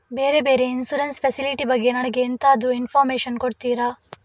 ಬೇರೆ ಬೇರೆ insurance facility ಬಗ್ಗೆ ನನಗೆ ಎಂತಾದ್ರೂ ಇನ್ಫೋರ್ಮೇಷನ್ ಕೊಡ್ತೀರಾ?